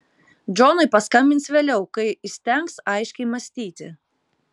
džonui paskambins vėliau kai įstengs aiškiai mąstyti